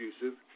abusive